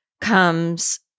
comes